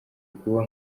kuba